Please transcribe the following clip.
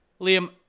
Liam